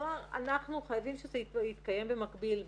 כלומר, אנחנו חייבים שזה יתקיים במקביל.